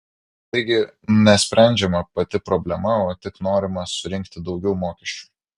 taigi nesprendžiama pati problema o tik norima surinkti daugiau mokesčių